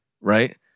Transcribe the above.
right